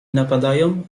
napadają